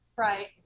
right